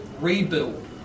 rebuild